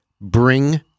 bring